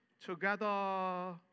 together